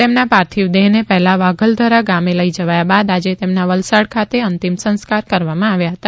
તેમના પાર્થિવ દેહને પહેલા વાઘલધરા ગામે લઇ જવાયા બાદ આજે તેમના વલસાડ ખાતે અંતિમ સંસ્કાર કરવામાં આવ્યા હતા